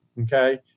okay